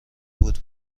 بود